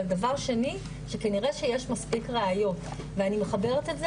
אבל דבר שני שכנראה שיש מספיק ראיות ואני מחברת את זה